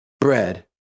bread